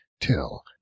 till